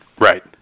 Right